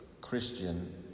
Christian